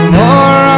more